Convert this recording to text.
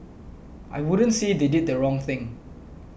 I wouldn't say they did the wrong thing